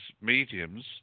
mediums